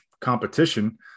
competition